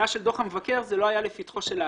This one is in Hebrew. דוח המבקר לא הייתה לפתחו של האגף.